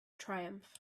triumph